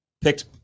picked